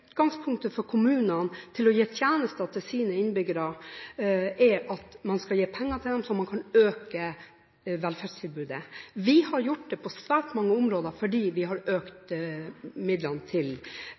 Utgangspunktet for kommunene når det gjelder å gi tjenester til sine innbyggere, er at man skal gi penger til dem, slik at de kan øke velferdstilbudet. Vi har gjort det på svært mange områder ved å øke midlene til kommunene. Når det gjelder BPA, har